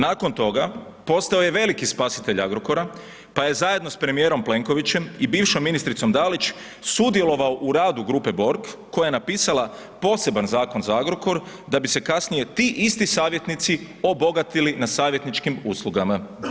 Nakon toga postao je veliki spasitelj Agrokora, pa je zajedno s premijerom Plenkovićem i bivšom ministricom Dalić sudjelovao u radu grupe Borg koja je napisala poseban zakon za Agrokor da bi se kasnije ti isti savjetnici obogatili na savjetničkim uslugama.